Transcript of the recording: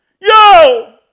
yo